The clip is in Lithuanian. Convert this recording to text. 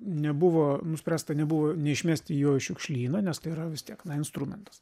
nebuvo nuspręsta nebuvo neišmesti jo į šiukšlyną nes tai yra vis tiek instrumentas